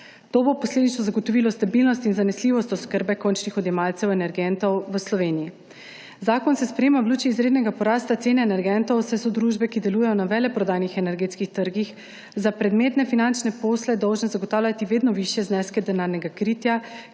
To bo posledično zagotovilo stabilnost in zanesljivost oskrbe končnih odjemalcev energentov v Sloveniji. Zakon se sprejema v luči izrednega porasta cene energentov, saj so družbe, ki delujejo na veleprodajnih energetskih trgih za predmetne finančne posle dolžne zagotavljati vedno višje zneske denarnega kritja,